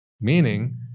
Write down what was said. meaning